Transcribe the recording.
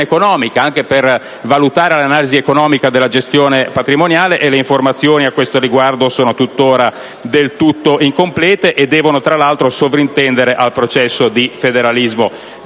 economica, anche per valutare l'analisi economica della gestione patrimoniale. Le informazioni al riguardo, tuttora incomplete, devono sovrintendere al processo di federalismo